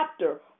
chapter